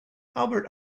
albert